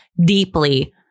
deeply